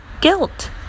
guilt